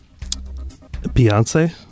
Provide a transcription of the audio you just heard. Beyonce